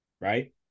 Right